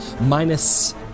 minus